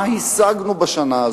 מה השגנו בשנה הזאת?